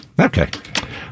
Okay